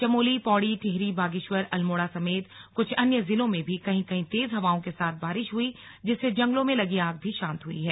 चमोली पौड़ी टिहरी बागेश्वर अल्मोड़ा समेत कुछ अन्य जिलों में भी कहीं कहीं तेज हवाओं के साथ बारिश हुई जिससे जंगलों में लगी आग भी शांत हुई है